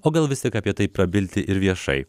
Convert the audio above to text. o gal vis tik apie tai prabilti ir viešai